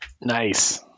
nice